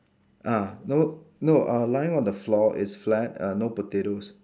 ah no no uh lying on the floor it's flat uh no potatoes